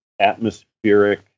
atmospheric